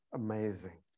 amazing